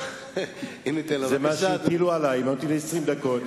אם היו נותנים לי 20 דקות,